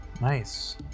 Nice